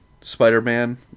Spider-Man